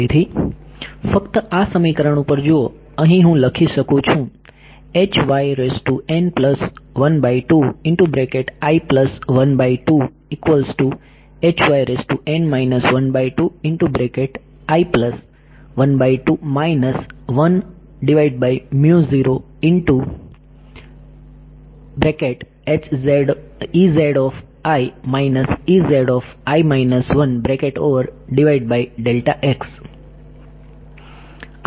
તેથી ફક્ત આ સમીકરણ ઉપર જુઓ અહીં હું લખી શકું છું આ મારું અપડેટ સમીકરણ હતું